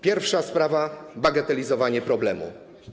Pierwsza sprawa: bagatelizowanie problemu.